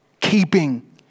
keeping